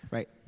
Right